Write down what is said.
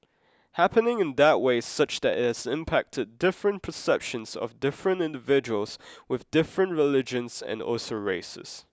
happening in that way such that it has impacted different perceptions of different individuals with different religions and also races